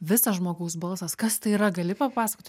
visas žmogaus balsas kas tai yra gali papasakot